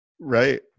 Right